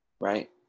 Right